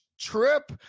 trip